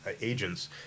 agents